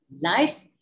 life